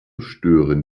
stören